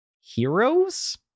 heroes